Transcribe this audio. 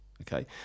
okay